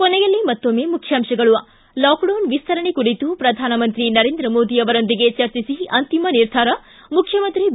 ಕೊನೆಯಲ್ಲಿ ಮತ್ತೊಮ್ಮೆ ಮುಖ್ಯಾಂಶಗಳು ಿ ಲಾಕ್ಡೌನ್ ವಿಸ್ತರಣೆ ಕುರಿತು ಪ್ರಧಾನಮಂತ್ರಿ ನರೇಂದ್ರ ಮೋದಿ ಅವರೊಂದಿಗೆ ಚರ್ಚಿಸಿ ಅಂತಿಮ ನಿರ್ಧಾರ ಮುಖ್ಯಮಂತ್ರಿ ಬಿ